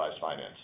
finance